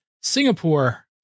Singapore